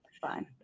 Fine